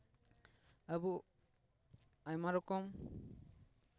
ᱟᱵᱚ ᱟᱭᱢᱟ ᱨᱚᱠᱚᱢ